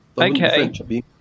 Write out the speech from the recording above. Okay